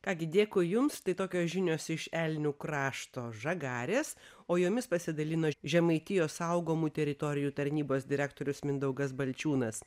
ką gi dėkui jums tai tokios žinios iš elnių krašto žagarės o jomis pasidalino žemaitijos saugomų teritorijų tarnybos direktorius mindaugas balčiūnas